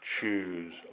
choose